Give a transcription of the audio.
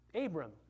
Abram